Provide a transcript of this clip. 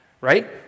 right